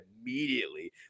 immediately